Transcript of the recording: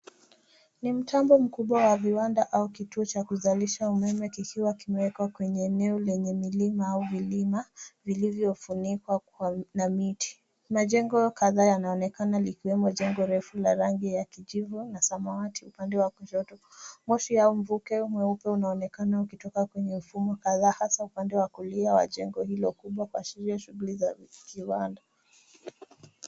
Ni mtambo mkubwa wa viwanda au kituo cha kuzalisha umeme kikiwa kimewekwa kwenye eneo lenye milima au vilima vilivyofunikwa na miti. Majengo kadhaa yanaonekana likiwemo jengo refu la rangi ya kijivu na samawati upande wa kushoto. Moshi au mvuke mweupe unaonekana ukitoka kwenye mfumo kadhaa hasa upande wa kulia wa jengo hilo kubwa kuashiria shughuli za kiwanda.